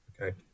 Okay